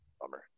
bummer